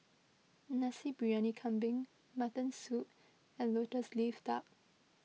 Nasi Briyani Kambing Mutton Soup and Lotus Leaf Duck